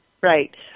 Right